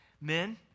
Men